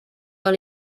dans